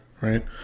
right